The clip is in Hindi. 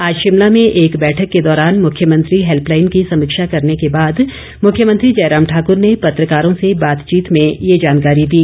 आज शिमला में एक बैठक के दौरान मुख्यमंत्री हैल्पलाईन की समीक्षा करने के बाद मुख्यमंत्री जयराम ठाकूर ने पत्रकारों से बातचीत में ये जानकारी दी